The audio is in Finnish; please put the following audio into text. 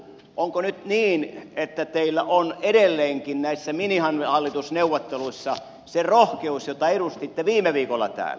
onko nyt niin että teillä on edelleenkin näissä minihallitusneuvotteluissa se rohkeus jota edustitte viime viikolla täällä